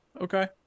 Okay